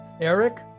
eric